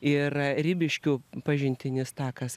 ir ribiškių pažintinis takas